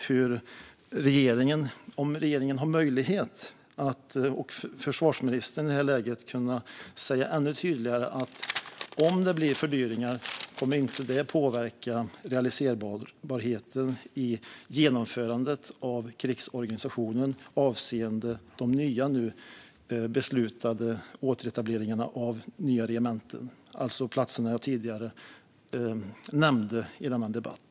Jag undrar om regeringen och försvarsministern har möjlighet att ännu tydligare säga detta: Om det blir fördyringar kommer det inte att påverka möjligheten att realisera genomförandet av krigsorganisationen avseende de beslutade återetableringarna av regementen. Det gäller alltså de platser jag nämnde tidigare i denna debatt.